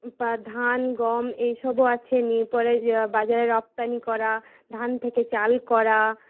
ধান গম এইসবও আছে নিয়ে পরে বাজারে রপ্তানি করা ধান থেকে চাল করা